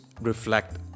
reflect